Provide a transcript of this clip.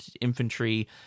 infantry